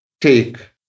Take